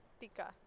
tika